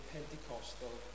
Pentecostal